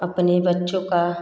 अपने बच्चों का